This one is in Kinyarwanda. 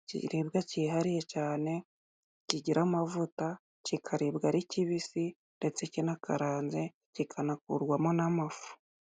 Ikiribwa cyihariye cyane kigira amavuta kikaribwa ari kibisi, ndetse kinakaranze kikanakurwamo n'amafu.